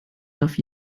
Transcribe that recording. darf